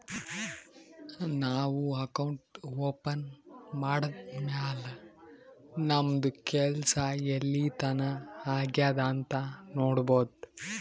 ನಾವು account open ಮಾಡದ್ದ್ ಮ್ಯಾಲ್ ನಮ್ದು ಕೆಲ್ಸಾ ಎಲ್ಲಿತನಾ ಆಗ್ಯಾದ್ ಅಂತ್ ನೊಡ್ಬೋದ್